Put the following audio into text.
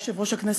יושב-ראש הכנסת,